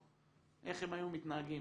איך הם היו מתנהגים.